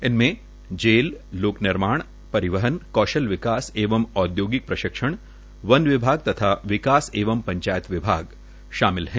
इनमें जेल लोक निर्माण परिवहन कौशल विकास एवं औद्योगिक प्रशिक्षण वन विभाग तथा विकास एवं पंचायत विभाग शामिल हैं